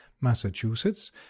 Massachusetts